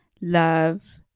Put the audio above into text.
love